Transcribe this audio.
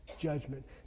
judgment